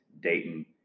Dayton